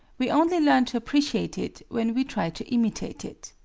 we only learn to appreciate it when we try to imitate it.